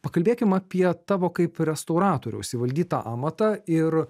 pakalbėkim apie tavo kaip restauratoriaus įvaldytą amatą ir